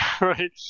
right